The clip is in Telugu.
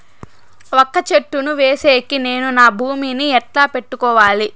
వక్క చెట్టును వేసేకి నేను నా భూమి ని ఎట్లా పెట్టుకోవాలి?